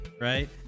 right